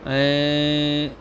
ऐं